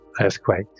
earthquake